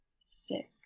six